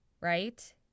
right